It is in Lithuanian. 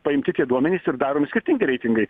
paimti tie duomenys ir daromi skirtingi reitingai